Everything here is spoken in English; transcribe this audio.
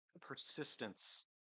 persistence